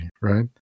right